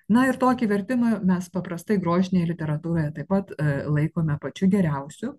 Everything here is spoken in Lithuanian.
na ir tokį vertimą mes paprastai grožinėje literatūroje taip pat laikome pačiu geriausiu